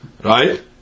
right